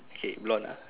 okay blond ah